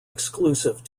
exclusive